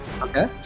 Okay